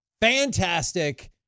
Fantastic